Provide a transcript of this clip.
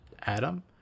Adam